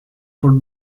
for